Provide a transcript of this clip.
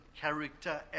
character